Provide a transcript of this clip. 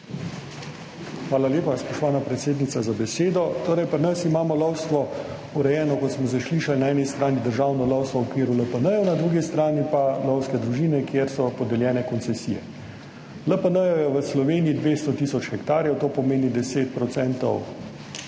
Hvala lepa, spoštovana predsednica, za besedo. Torej, pri nas imamo lovstvo urejeno, kot smo že slišali, na eni strani državno lovstvo v okviru LPN, na drugi strani pa lovske družine, kjer so podeljene koncesije. LPN-jev je v Sloveniji 200 tisoč hektarjev, to pomeni 10 % Slovenije, vse